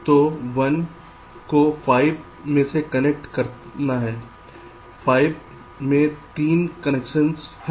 तो 1 को 5 में से कनेक्ट करना है 5 में 3 कनेक्शन हैं